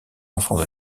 enfants